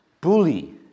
bully